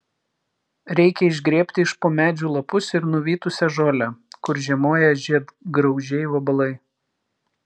reikia išgrėbti iš po medžių lapus ir nuvytusią žolę kur žiemoja žiedgraužiai vabalai